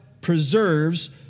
preserves